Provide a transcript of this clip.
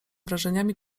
wrażeniami